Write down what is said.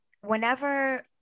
whenever